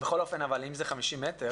בכל אופן, אם זה 50 מ"ר,